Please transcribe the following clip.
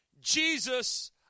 Jesus